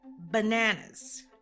bananas